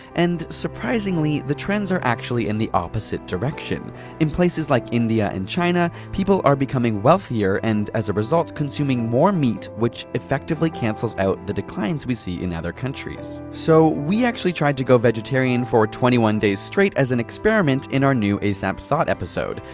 and, surprisingly, the trends are actually in the opposite direction in places like india and china, people are becoming wealthier, wealthier, and as a result, consuming more meat which effectively cancels out the declines we see in other countries. so, we actually tried to go vegetarian for twenty one days straight as an experiment in our new asapthought episode.